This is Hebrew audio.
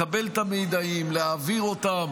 לקבל את המידעים להעביר אותם